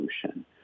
solution